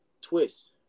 Twist